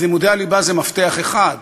אז לימודי הליבה זה מפתח אחד.